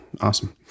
Awesome